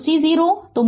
तो c 0 है